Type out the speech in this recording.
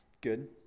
Good